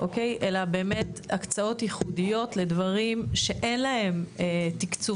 אלא באמת הקצאות ייחודיות לדברים שאין להם תקצוב